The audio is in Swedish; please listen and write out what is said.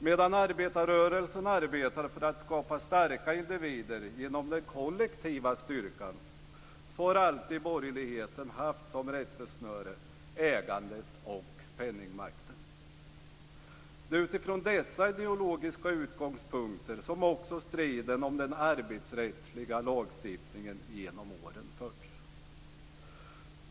Medan arbetarrörelsen arbetar för att skapa starka individer genom den kollektiva styrkan har alltid borgerligheten haft som rättesnöre ägandet och penningmakten. Det är utifrån dessa ideologiska utgångspunkter som också striden om den arbetsrättsliga lagstiftningen genom åren förts.